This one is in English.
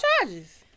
charges